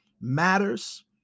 matters